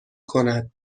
کند